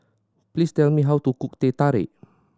please tell me how to cook Teh Tarik